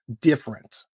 different